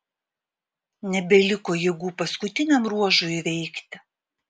nebeliko jėgų paskutiniam ruožui įveikti